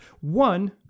One